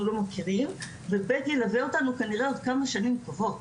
לא מכירים וב' ילווה אותנו כנראה עוד כמה שנים טובות,